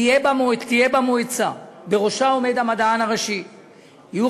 תהיה בה מועצה שבראשה עומד המדען הראשי ויהיו